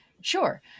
Sure